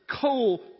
coal